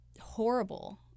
horrible